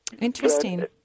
Interesting